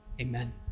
Amen